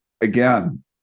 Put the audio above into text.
again